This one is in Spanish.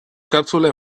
cápsula